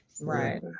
Right